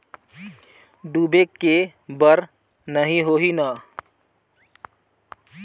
डूबे के बर नहीं होही न?